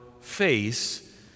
face